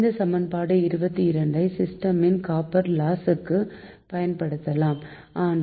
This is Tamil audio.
இந்த சமன்பாடு 22 ஐ சிஸ்டமின் காப்பர் லாஸ் க்கு பயன்படுத்தத்தலாம் ஆனால்